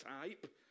type